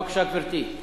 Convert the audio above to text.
בבקשה, גברתי.